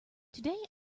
today